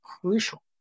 crucial